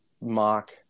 mock